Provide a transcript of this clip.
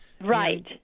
right